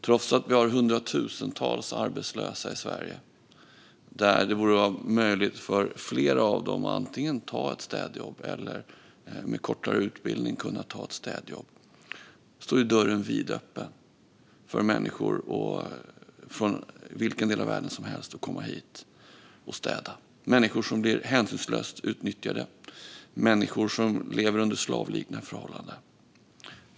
Trots att vi har hundratusentals arbetslösa i Sverige och det borde vara möjligt för flera av dem att antingen ta ett städjobb eller med en kortare utbildning ta ett städjobb står dörren vidöppen för människor från vilken del av världen som helst att komma hit och städa. Människor som blir hänsynslöst utnyttjade. Människor som lever under slavliknande förhållanden.